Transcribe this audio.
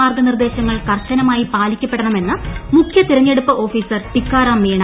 മാർഗനിർദ്ദേശങ്ങൾ കർശനമായി പാലിക്കപ്പെടണമെന്ന് മുഖ്യ തിരഞ്ഞെടുപ്പ് ഓഫീസർ ടിക്കാറാം മീണ